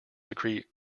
secrete